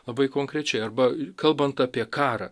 labai konkrečiai arba kalbant apie karą